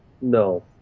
No